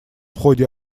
ходе